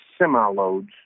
semi-loads